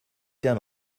down